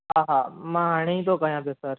हा हा मां हाणे ई थो कयां पियो सर